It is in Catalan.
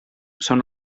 són